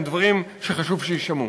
הם דברים שחשוב שיישמעו: